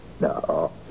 No